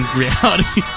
reality